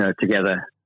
Together